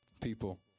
people